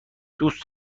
دوست